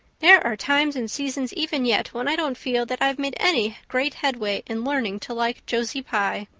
there are times and seasons even yet when i don't feel that i've made any great headway in learning to like josie pye!